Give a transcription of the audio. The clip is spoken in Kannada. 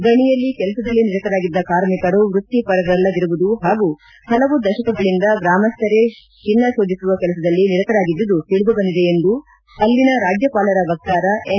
ಗಣಿಯಲ್ಲಿ ಕೆಲಸದಲ್ಲಿ ನಿರತರಾಗಿದ್ದ ಕಾರ್ಮಿಕರು ವೃತ್ತಿಪರರಲ್ಲದಿರುವುದು ಹಾಗೂ ಹಲವು ದಶಕಗಳಿಂದ ಗ್ರಾಮಸ್ಥರೇ ಚಿನ್ನ ಶೋಧಿಸುವ ಕೆಲಸದಲ್ಲಿ ನಿರತರಾಗಿದ್ದುದು ತಿಳಿದು ಬಂದಿದೆ ಎಂದು ಅಲ್ಲಿನ ರಾಜ್ಯಪಾಲರ ವಕ್ತಾರ ಎನ್